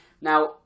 Now